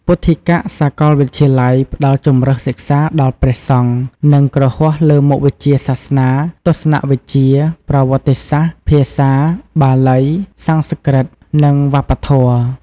ពុទ្ធិកសាកលវិទ្យាល័យផ្តល់ជម្រើសសិក្សាដល់ព្រះសង្ឃ និងគ្រហស្ថលើមុខវិជ្ជាសាសនា ទស្សនវិជ្ជា ប្រវត្តិសាស្ត្រ ភាសា បាលី សំស្ក្រឹត និងវប្បធម៌។